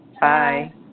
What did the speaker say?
Bye